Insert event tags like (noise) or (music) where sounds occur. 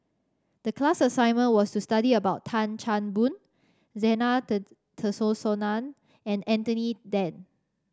the class assignment was to study about Tan Chan Boon Zena (unintelligible) Tessensohn and Anthony Then